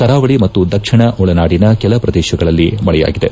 ಕರಾವಳಿ ಮತ್ತು ದಕ್ಷಿಣ ಒಳನಾಡಿನ ಕೆಲ ಪ್ರದೇಶಗಳಲ್ಲಿ ಮಳೆಯಾಗಿದೆ